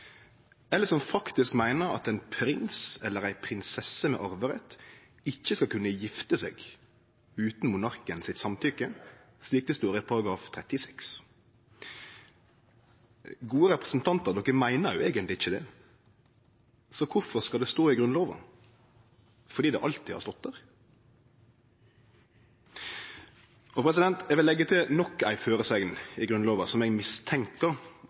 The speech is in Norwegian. eller som faktisk meiner at ein prins eller ei prinsesse med arverett ikkje skal kunne gifte seg utan samtykke frå monarken, slik det står i § 36. Gode representantar, de meiner jo eigentleg ikkje det, så kvifor skal det stå i Grunnlova? Er det fordi det alltid har stått der? Eg vil leggje til nok ei føresegn i Grunnlova som eg